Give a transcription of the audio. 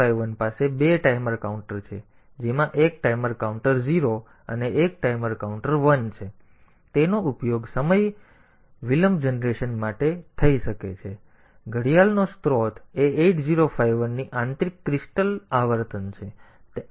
તેથી 8051 પાસે બે ટાઈમર કાઉન્ટર છે જેમાં એક ટાઈમર કાઉન્ટર 0 અને ટાઈમર કાઉન્ટર 1 છે અને તેનો ઉપયોગ સમય વિલંબ જનરેશન માટે ટાઈમર a તરીકે થઈ શકે છે અને તે કિસ્સામાં ઘડિયાળનો સ્ત્રોત એ 8051 ની આંતરિક ક્રિસ્ટલ આવર્તન છે